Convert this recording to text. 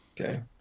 Okay